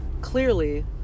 clearly